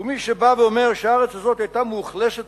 ומי שבא ואומר שהארץ הזאת היתה מאוכלסת